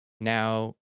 now